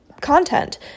content